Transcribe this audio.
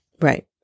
Right